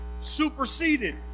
superseded